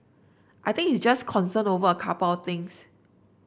I think it's just concern over a couple of things